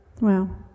Wow